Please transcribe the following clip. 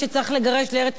ומצד שני,